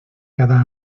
cada